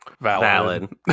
Valid